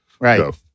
Right